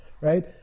Right